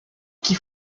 qui